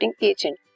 agent